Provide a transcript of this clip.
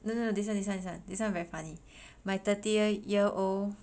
no no no this one this one very funny my thirteen year old